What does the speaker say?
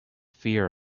fear